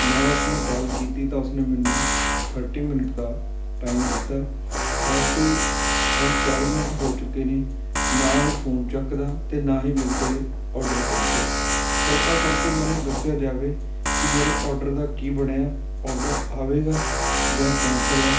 ਮੈਂ ਉਸਨੂੰ ਕਾਲ ਕੀਤੀ ਤਾਂ ਉਸ ਨੇ ਮੈਨੂੰ ਥਰਟੀ ਮਿੰਟ ਦਾ ਟਾਈਮ ਦਿੱਤਾ ਪਰੰਤੂ ਹੁਣ ਚਾਲੀ ਮਿੰਟ ਹੋ ਚੁੱਕੇ ਨੇ ਨਾ ਉਹ ਫੋਨ ਚੱਕਦਾ ਅਤੇ ਨਾ ਹੀ ਮੇਰੇ ਕੋਲ ਔਡਰ ਪਹੁੰਚਿਆ ਕਿਰਪਾ ਕਰਕੇ ਮੈਨੂੰ ਦੱਸਿਆ ਜਾਵੇ ਕਿ ਮੇਰੇ ਔਡਰ ਦਾ ਕੀ ਬਣਿਆ ਔਡਰ ਆਵੇਗਾ ਜਾਂ ਕੈਂਸਲ ਆ